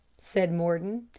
said mordon.